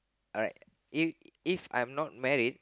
alright if If I am not married